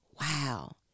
wow